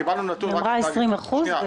קיבלנו נתון רק על דג אחד.